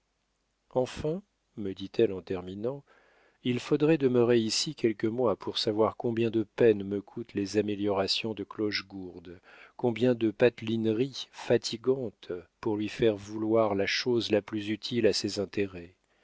enfin me dit-elle en terminant il faudrait demeurer ici quelques mois pour savoir combien de peines me coûtent les améliorations de clochegourde combien de patelineries fatigantes pour lui faire vouloir la chose la plus utile à ses intérêts